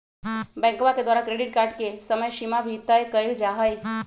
बैंकवा के द्वारा क्रेडिट कार्ड के समयसीमा भी तय कइल जाहई